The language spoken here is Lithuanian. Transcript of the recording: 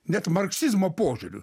net marksizmo požiūriu